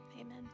amen